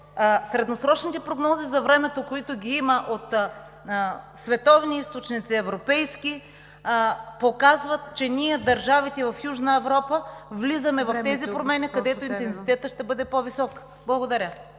средносрочните прогнози за времето, които ги има от световни европейски източници, показват, че ние, държавите от Южна Европа, влизаме в тези промени, където интензитетът ще бъде по-висок. Благодаря.